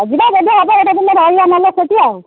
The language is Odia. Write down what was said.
ଆଉ ଯିବା ଯଦି ହେବ ଗୋଟେ ଦିନ ରହିବା ନହେଲେ ସେଠି ଆଉ